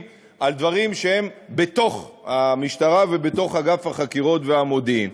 על דברים שהם בתוך המשטרה ובתוך אגף החקירות והמודיעין.